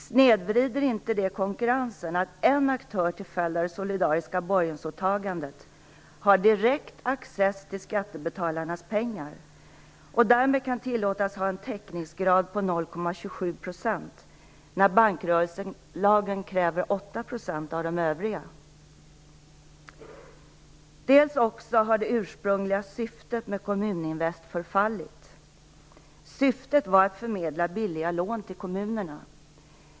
Snedvrider det inte konkurrensen att en aktör, till följd av det solidariska borgensåtagandet, har direkt access på skattebetalarnas pengar och därmed kan tillåtas ha en täckningsgrad på 0,27 %, när bankrörelselagen kräver Dels har det ursprungliga syftet med Kommuninvest förfallit. Syftet var att förmedla billiga lån till kommunerna.